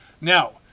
Now